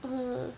mm